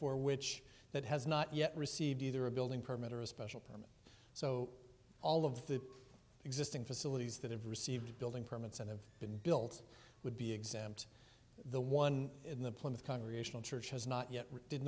for which that has not yet received either a building permit or a special permit so all of the existing facilities that have received building permits and have been built would be exempt the one in the plymouth congregational church has not yet did